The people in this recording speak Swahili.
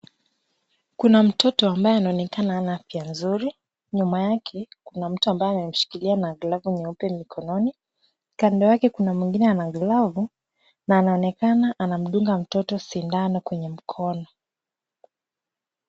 Kuna mtoto ambaye anaonekana hana afya nzuri. Nyuma yake kuna mtu ambaye ameshikilia na glavu nyeupe mkononi. Kando yake kuna mwingine ana glavu na anaonekana anamdunga mtoto sindano kwenye mkono.